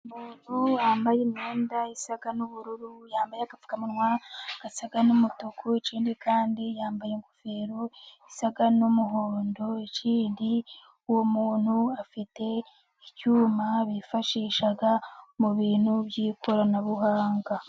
Wambaye imyenda isa n'ubururu yambaye agapfukamunwa gasa n'umutuku icyindi kandi yambaye ingofero isag n'umuhondo, icyindi uwo muntu afite icyuma bifashisha mu bintu byikoranabuhanga.